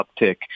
uptick